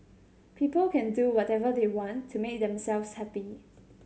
people can do whatever they want to make themselves happy